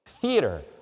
theater